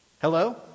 Hello